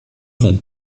rond